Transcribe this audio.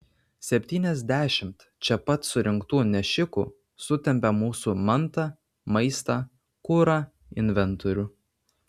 septyniasdešimt čia pat surinktų nešikų sutempia mūsų mantą maistą kurą inventorių